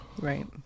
Right